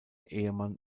ehemann